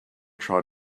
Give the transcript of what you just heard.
try